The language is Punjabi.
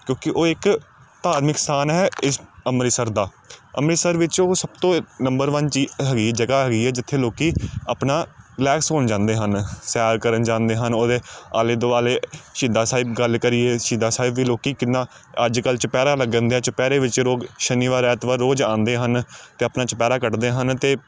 ਕਿਉਂਕਿ ਉਹ ਇੱਕ ਧਾਰਮਿਕ ਸਥਾਨ ਹੈ ਇਸ ਅੰਮ੍ਰਿਤਸਰ ਦਾ ਅੰਮ੍ਰਿਤਸਰ ਵਿੱਚ ਉਹ ਸਭ ਤੋਂ ਨੰਬਰ ਵਨ ਚੀ ਹੈਗੀ ਜਗ੍ਹਾ ਹੈਗੀ ਹੈ ਜਿੱਥੇ ਲੋਕੀ ਆਪਣਾ ਰੀਲੈਕਸ ਹੋਣ ਜਾਂਦੇ ਹਨ ਸੈਰ ਕਰਨ ਜਾਂਦੇ ਹਨ ਉਹਦੇ ਆਲੇ ਦੁਆਲੇ ਸ਼ਹੀਦਾਂ ਸਾਹਿਬ ਗੱਲ ਕਰੀਏ ਸ਼ਹੀਦਾਂ ਸਾਹਿਬ ਵੀ ਲੋਕੀ ਕਿੰਨਾ ਅੱਜ ਕੱਲ੍ਹ ਚੁਪਹਿਰਾ ਲੱਗਣ ਡਿਆ ਚੁਪਹਿਰੇ ਵਿੱਚ ਲੋਕ ਸ਼ਨੀਵਾਰ ਐਤਵਾਰ ਰੋਜ਼ ਆਉਂਦੇ ਹਨ ਅਤੇ ਆਪਣਾ ਚੁਪਹਿਰਾ ਕੱਟਦੇ ਹਨ ਅਤੇ